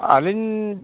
ᱟᱹᱞᱤᱧ